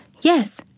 Yes